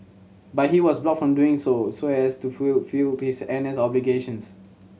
but he was blocked from doing so as to fulfilled his N S obligations